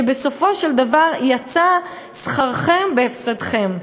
שבסופו של דבר יוצא שכרכם בהפסדכם.